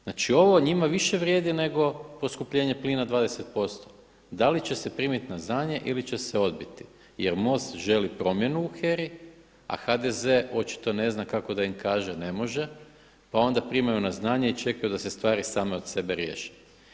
Znači ovo njima više vrijedi nego poskupljenje plina 20%, da li će se primiti na znanje ili će se odbiti jer MOST želi promjenu u HERA-i, a HDZ očito ne zna kako da im kaže ne može pa onda primaju na znanje i čekaju da se stvari same od sebe riješe.